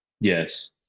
Yes